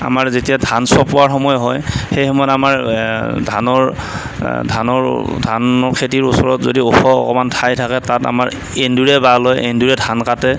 আমাৰ যেতিয়া ধান চপোৱাৰ সময় হয় সেইসময়ত আমাৰ ধানৰ ধানৰ ধান খেতিৰ ওচৰত যদি ওখ অকণমান ঠাই থাকে তাত আমাৰ এন্দুৰে বাহ লয় এন্দুৰে ধান কাটে